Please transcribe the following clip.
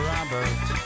Robert